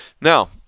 Now